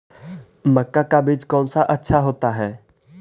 मक्का का बीज कौन सा अच्छा होता है?